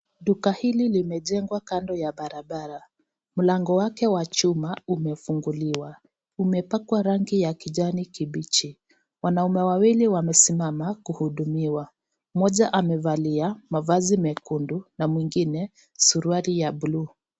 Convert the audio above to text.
Duka hili limejengwa kando ya barabara, mlango wake wa chuma umefunguliwa, umepakwa rangi ya kijani kibichi. Wanaume wawili wamesimama kuhudumiwa, mmoja amevalia mavazi mekundu na mwingine suruali ya buluu.